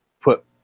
put